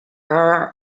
are